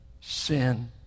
Sin